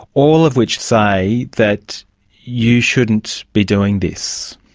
all of which say that you shouldn't be doing this.